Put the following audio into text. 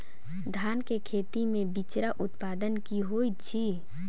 धान केँ खेती मे बिचरा उत्पादन की होइत छी?